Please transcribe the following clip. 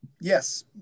Yes